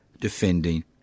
defending